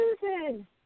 susan